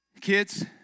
kids